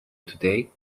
today